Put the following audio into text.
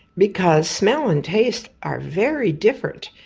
because smell and taste are very different.